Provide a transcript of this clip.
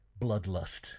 bloodlust